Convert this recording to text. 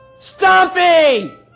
Stumpy